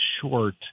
short